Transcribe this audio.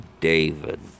David